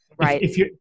Right